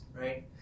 right